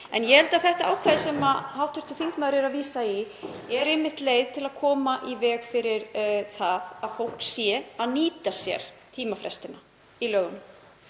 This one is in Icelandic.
Ég held að þetta ákvæði sem hv. þingmaður vísar í sé einmitt leið til að koma í veg fyrir að fólk sé að nýta sér tímafrestina í lögunum.